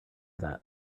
that